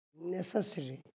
necessary